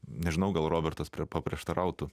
nežinau gal robertas paprieštarautų